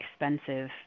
expensive